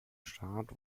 staat